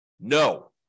no